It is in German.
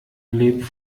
lebt